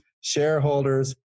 shareholders